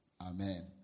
Amen